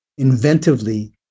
inventively